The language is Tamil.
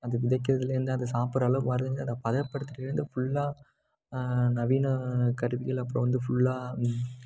அது விதைக்கிறதுலேந்து அது சாப்பிடுற அளவுக்கு வருதுங்கிறத பதப்படுத்துறதுலேந்து ஃபுல்லாக நவீன கருவிகள் அப்புறோம் வந்து ஃபுல்லாக